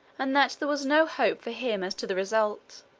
and that there was no hope for him as to the result.